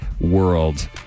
world